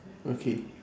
okay